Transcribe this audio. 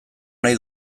nahi